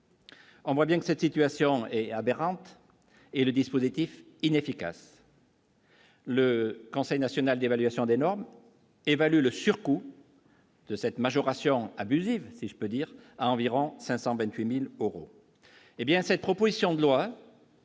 On voit bien que cette situation est aberrante et le dispositif inefficace. Le Conseil national d'évaluation des normes évalue le surcoût. Cette majoration abusive, si je peux dire à environ 520000 euros,